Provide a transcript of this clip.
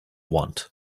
want